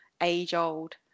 age-old